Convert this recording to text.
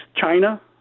China